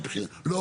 ולא